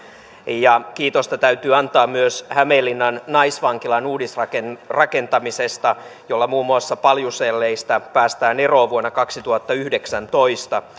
kiitosta täytyy antaa myös hämeenlinnan naisvankilan uudisrakentamisesta jolla muun muassa paljuselleistä päästään eroon vuonna kaksituhattayhdeksäntoista